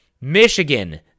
Michigan